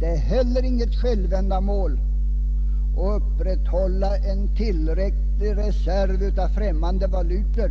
Det är heller inget självändamål att upprätthålla en tillräcklig reserv av främmande valutor,